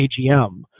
AGM